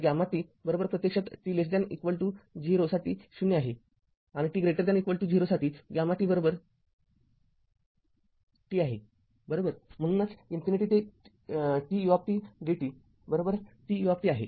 तर γt प्रत्यक्षात t equal to ० साठी ० आहे आणि t greater than equal to 0 साठी γt t आहे बरोबर म्हणूनच इन्फिनिटी ते tudttuआहे